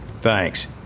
Thanks